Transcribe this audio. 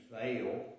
fail